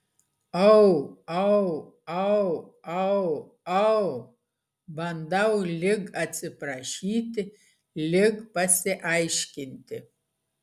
au au au au au bandau lyg atsiprašyti lyg pasiaiškinti